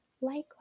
Likewise